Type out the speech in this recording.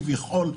כביכול,